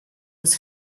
was